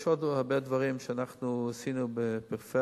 יש עוד הרבה דברים שאנחנו עשינו בפריפריה.